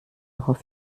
auf